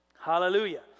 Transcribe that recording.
Hallelujah